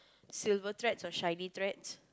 silver threads or shiny threads